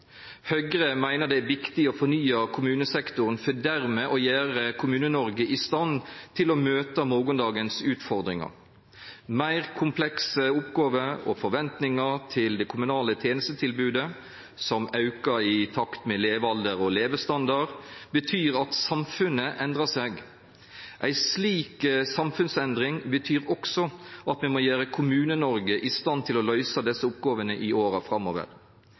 Høgre meiner det er viktig å fornya kommunesektoren for dermed å gjera Kommune-Noreg i stand til å møta morgondagens utfordringar. Meir komplekse oppgåver og forventningar til det kommunale tenestetilbodet, som aukar i takt med levealder og levestandard, betyr at samfunnet endrar seg. Ei slik samfunnsendring betyr også at me må gjera Kommune-Noreg i stand til å løysa desse oppgåvene i åra framover.